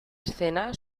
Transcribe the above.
escena